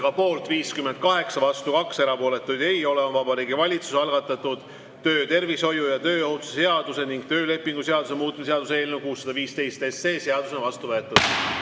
poolt 58, vastu 2, erapooletuid ei ole, on Vabariigi Valitsuse algatatud töötervishoiu ja tööohutuse seaduse ning töölepingu seaduse muutmise seaduse eelnõu 615 seadusena vastu võetud.